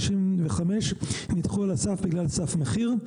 1,095 נדחו על הסף בגלל סף מחיר.